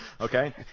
Okay